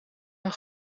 hun